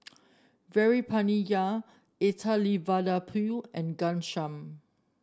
Veerapandiya Elattuvalapil and Ghanshyam